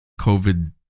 COVID